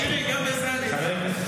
שירי, גם בזה אני איתך.